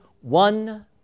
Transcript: one